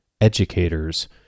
educators